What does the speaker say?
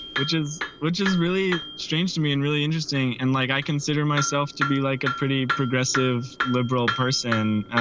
which is which is really strange to me and really interesting. and like i consider myself to be like a pretty progressive liberal person.